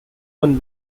one